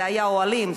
אלה היו אוהלים,